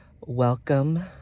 Welcome